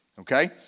Okay